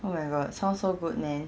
oh my god sounds so good man